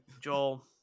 Joel